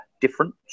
different